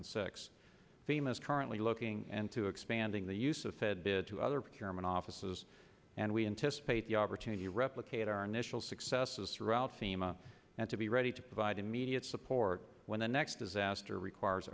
and six famous currently looking into expanding the use of fed to other parent offices and we anticipate the opportunity to replicate our initial successes throughout sima and to be ready to provide immediate support when the next disaster requires